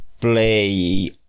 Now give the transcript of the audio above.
play